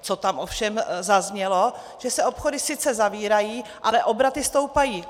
Co tam ovšem zaznělo, že se obchody sice zavírají, ale obraty stoupají.